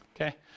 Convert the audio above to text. Okay